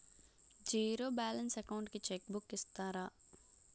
Zero balance account కి cheque book ఇస్తారా?